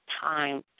time